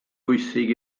bwysig